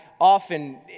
often